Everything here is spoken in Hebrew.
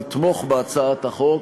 לתמוך בהצעת החוק.